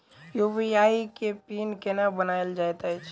UPI केँ PIN केना बनायल जाइत अछि